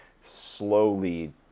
slowly